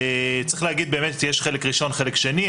צריך להגיד שיש באמת חלק ראשון, חלק שני.